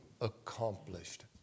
accomplished